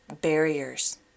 barriers